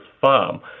farm